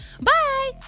Bye